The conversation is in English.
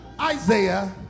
Isaiah